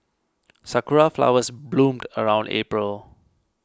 sakura flowers bloom around April